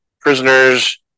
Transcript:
prisoners